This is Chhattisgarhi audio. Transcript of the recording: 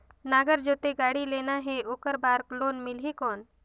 नागर जोते गाड़ी लेना हे ओकर बार लोन मिलही कौन?